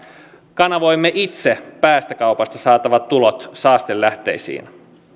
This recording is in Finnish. kanavoimme itse päästökaupasta saatavat tulot saastelähteisiin